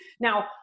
Now